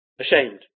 ashamed